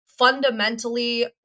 Fundamentally